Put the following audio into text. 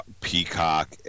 Peacock